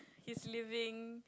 he's living